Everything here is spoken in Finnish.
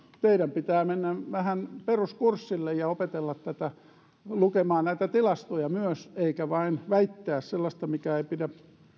teidän pitää mennä vähän peruskurssille ja opetella lukemaan näitä tilastoja myös eikä vain väittää sellaista mikä ei pidä